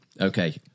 Okay